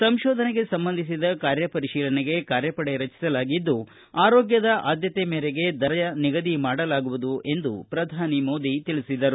ಸಂಶೋಧನೆಗೆ ಸಂಬಂಧಿಸಿದ ಕಾರ್ಯ ಪರಿಶೀಲನೆಗೆ ಕಾರ್ಯಪಡೆ ರಚಿಸಲಾಗಿದ್ದು ಆರೋಗ್ಗದ ಆದ್ಯತೆ ಮೇರೆಗೆ ದರ ನಿಗದಿ ಮಾಡಲಾಗುವುದು ಎಂದು ಪ್ರಧಾನಿ ಮೋದಿ ತಿಳಿಸಿದರು